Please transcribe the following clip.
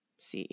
CE